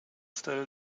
still